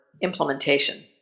implementation